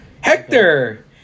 Hector